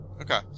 Okay